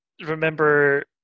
remember